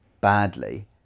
badly